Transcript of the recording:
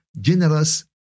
generous